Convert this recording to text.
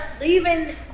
leaving